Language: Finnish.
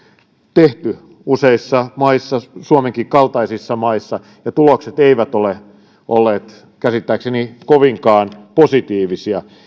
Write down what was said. tehty useissa maissa suomenkin kaltaisissa maissa ja tulokset eivät ole olleet käsittääkseni kovinkaan positiivisia